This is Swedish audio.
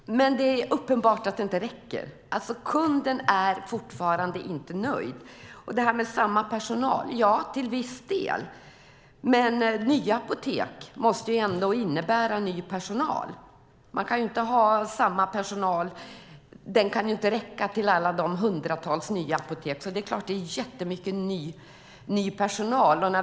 Fru talman! Det är uppenbart att detta inte räcker. Kunden är fortfarande inte nöjd. Isabella Jernbeck säger att det är samma personal. Ja, det är det till viss del, men nya apotek måste ändå innebära ny personal. Den gamla personalen kan ju inte räcka till alla hundratals nya apotek. Det är klart att det är jättemycket ny personal.